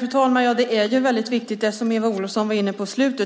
Fru talman! Det är väldigt viktigt